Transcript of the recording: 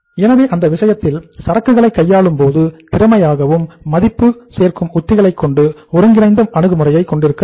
எனவே அந்த விஷயத்தில் சரக்குகளை கையாளும் போது மிகவும் திறமையாகவும் மதிப்பு சேர்க்கும் உத்திகள் கொண்டு ஒருங்கிணைந்த அணுகுமுறையை கொண்டிருக்க வேண்டும்